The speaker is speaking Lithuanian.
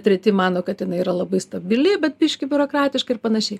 treti mano kad jinai yra labai stabili bet biškį biurokratiška ir panašiai